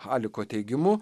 haliko teigimu